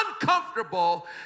uncomfortable